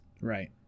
Right